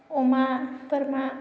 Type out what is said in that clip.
अमा बोरमा